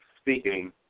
speaking